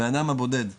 הבן אדם הבודד נכנס,